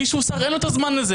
מי שהוא שר, אין לו את הזמן לזה.